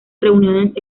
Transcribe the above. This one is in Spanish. reuniones